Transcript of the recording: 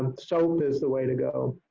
soap is the way to go.